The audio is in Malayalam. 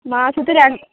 മാസത്തിൽ രണ്ട്